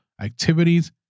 activities